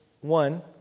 one